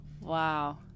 wow